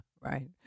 Right